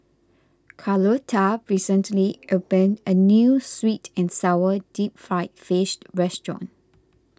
Carlotta recently opened a New Sweet and Sour Deep Fried Fish restaurant